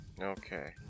Okay